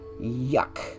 yuck